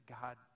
God